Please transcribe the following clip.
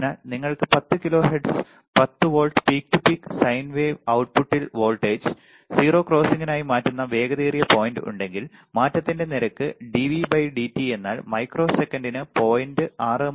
അതിനാൽ നിങ്ങൾക്ക് 10 kilohertz 10 volt peak to peak sine wave outputൽ വോൾട്ടേജ് 0 ക്രോസിംഗായി മാറ്റുന്ന വേഗതയേറിയ പോയിന്റ് ഉണ്ടെങ്കിൽ മാറ്റത്തിന്റെ നിരക്ക് dVdt എന്നാൽ മൈക്രോസെക്കന്റിന് 0